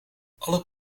alle